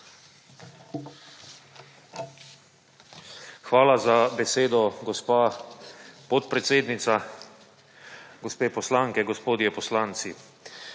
Hvala za besedo, gospa podpredsednica. Gospe poslanke, gospodje poslanci!